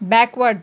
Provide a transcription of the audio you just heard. backward